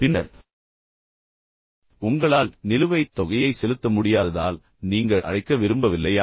பின்னர் உங்களால் நிலுவைத் தொகையை செலுத்த முடியாததால் நீங்கள் அழைக்க விரும்பவில்லையா